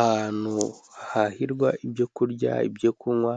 Ahantu hahirwa ibyo kurya, ibyo kunywa,